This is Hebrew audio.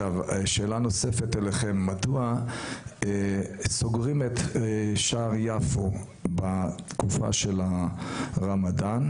מדוע סוגרים את שער יפו בתקופת הרמדאן,